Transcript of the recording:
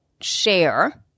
share